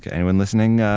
anyone listening,